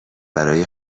برای